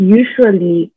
usually